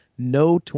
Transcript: No